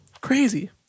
Crazy